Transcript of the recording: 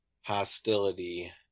hostility